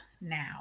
now